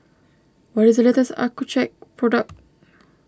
what is the latest Accucheck product